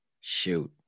Shoot